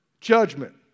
judgment